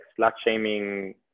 slut-shaming